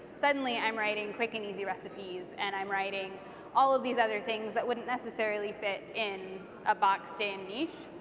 suddenly i'm writing quick and easy recipes and i'm writing all of these other things that wouldn't necessarily fit in a boxed-in niche.